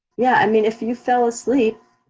yeah, i mean if you fell asleep,